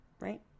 right